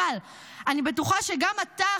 אבל אני בטוחה שגם אתה,